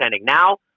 Now